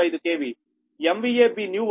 45 KV Bnew వచ్చి 100